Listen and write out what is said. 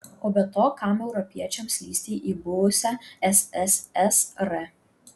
o be to kam europiečiams lįsti į buvusią sssr